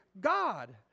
God